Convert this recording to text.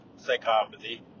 psychopathy